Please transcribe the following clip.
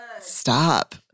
Stop